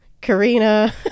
Karina